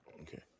okay